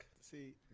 See